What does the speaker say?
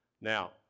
Now